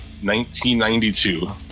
1992